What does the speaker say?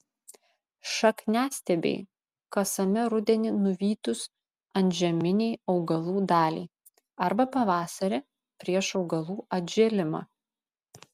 šakniastiebiai kasami rudenį nuvytus antžeminei augalų daliai arba pavasarį prieš augalų atžėlimą